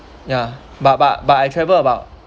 ya but but but I travel about